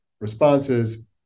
responses